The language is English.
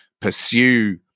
pursue